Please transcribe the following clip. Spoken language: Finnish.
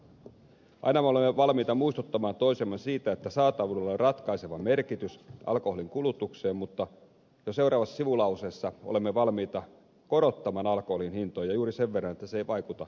aina me olemme valmiita muistuttamaan toisiamme siitä että saatavuudella on ratkaiseva merkitys alkoholin kulutuksessa mutta jo seuraavassa sivulauseessa olemme valmiita korottamaan alkoholin hintoja juuri sen verran että se ei vaikuta myyntiin